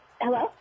Hello